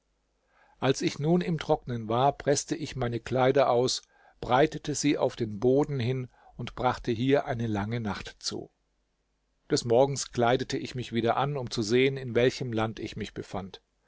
als ich nun im trocknen war preßte ich meine kleider aus breitete sie auf den boden hin und brachte hier eine lange nacht zu des morgens kleidete ich mich wieder an um zu sehen in welchem land ich mich befand